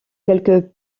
quelques